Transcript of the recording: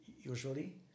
usually